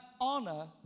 honor